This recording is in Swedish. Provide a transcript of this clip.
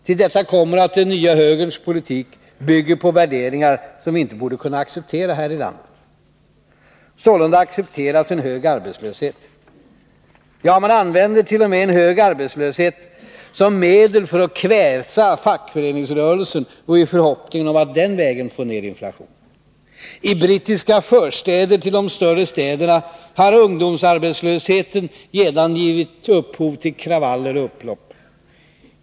Till detta kommer att den nya högerns politik bygger på värderingar som vi inte borde kunna acceptera här i landet. Sålunda accepteras en hög arbetslöshet — ja, man använder t.o.m. en hög arbetslöshet som medel för att kväsa fackföreningsrörelsen och i förhoppningen om att den vägen få ner inflationen. I brittiska förstäder till de större städerna har ungdomsarbetslösheten redan givit upphov till kravaller och upplopp.